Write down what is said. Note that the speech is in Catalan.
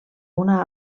una